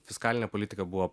fiskalinė politika buvo